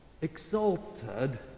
exalted